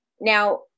Now